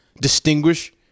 distinguish